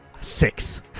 Six